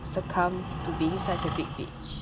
succumb to being such a big bitch